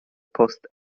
post